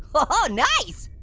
oh, nice!